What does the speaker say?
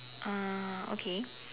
ah okay